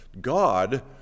God